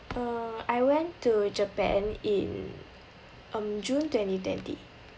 uh I went to japan in um june twenty twenty